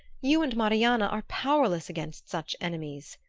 you and marianna are powerless against such enemies.